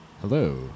Hello